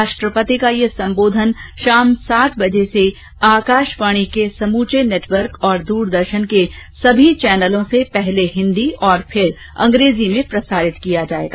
राष्ट्रपति का यह संबोधन शाम सात बजे से आकाशवाणी के समूचे नेटवर्क और दूरदर्शन के सभी चैनलों से पहले हिन्दी और फिर अंग्रेजी में प्रसारित किया जायेगा